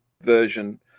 version